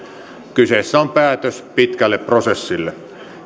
kyseessä on päätös pitkälle prosessille